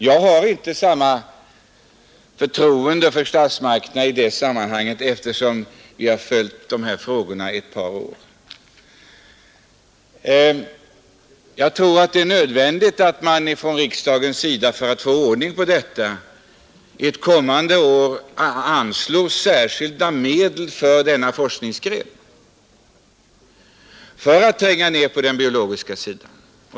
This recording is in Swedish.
Jag har inte samma förtroende för statsmakterna i det sammanhanget sedan jag följt dessa frågor i ett par år. Jag tror att det är nödvändigt att riksdagen, för att vi skall få ordning, ett kommande år anslår särskilda medel för denna forskningsgren så att vi kan tränga ned på den biologiska sidan.